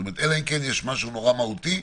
אלא אם כן יש משהו נורא מהותי,